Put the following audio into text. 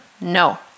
No